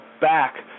back